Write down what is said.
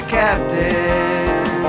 captain